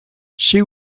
she